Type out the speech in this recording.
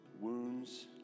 wounds